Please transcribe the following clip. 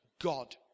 God